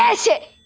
yeah shut